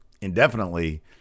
indefinitely